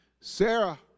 Sarah